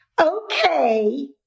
Okay